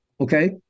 Okay